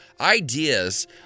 ideas